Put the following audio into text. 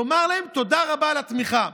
לומר להם תודה רבה על התמיכה.